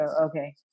okay